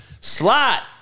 Slot